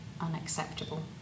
unacceptable